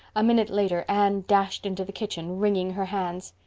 a minute later anne dashed into the kitchen, wringing her hands.